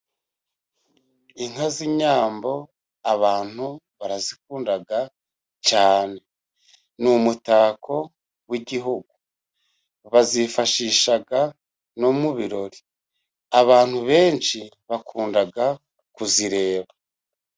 Inka z’inyambo, abantu barazikunda cyane, ni umutako w’igihugu. Bazifashisha no mu birori, abantu benshi bakunda kuzireba.